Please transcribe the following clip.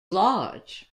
large